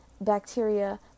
bacteria